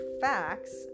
facts